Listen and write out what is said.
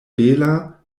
bela